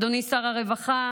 אדוני שר הרווחה,